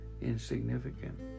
insignificant